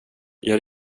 jag